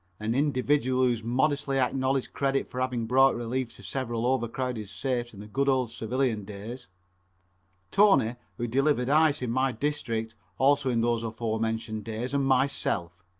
an individual who modestly acknowledged credit for having brought relief to several over-crowded safes in the good old civilian days tony, who delivered ice in my district also in those aforementioned days, and myself.